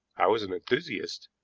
i was an enthusiast,